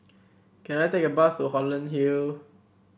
can I take a bus to Holland Hill